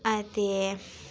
अते